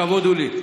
הכבוד הוא לי.